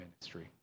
ministry